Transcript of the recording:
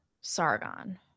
Sargon